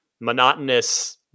monotonous